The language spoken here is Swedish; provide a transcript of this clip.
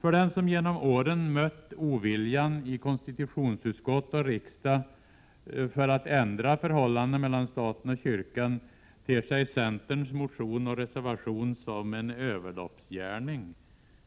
För den som genom åren mött oviljan i konstitutionsutskott och riksdag att ändra förhållandet mellan staten och kyrkan ter sig centerns motion och reservation som en överloppsgärning.